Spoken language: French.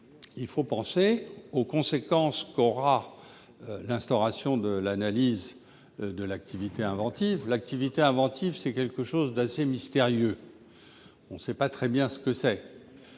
Il faut penser aux conséquences qu'aura l'instauration de l'analyse de l'activité inventive. Cette activité est somme toute assez mystérieuse : on ne sait pas très bien ce que c'est.